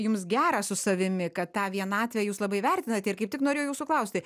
jums gera su savimi kad tą vienatvę jūs labai vertinate ir kaip tik norėjau jūsų klausti